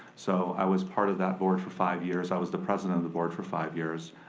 so i was part of that board for five years. i was the president of the board for five years.